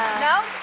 no?